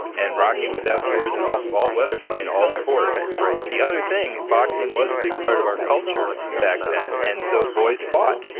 and rocky was outdoors in all all weather, playing all sports the other thing, boxing was a big part of our culture back then, and so boys fought.